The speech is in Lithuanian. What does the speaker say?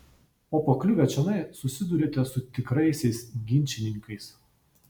o pakliuvę čionai susiduriate su tikraisiais ginčininkais